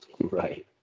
Right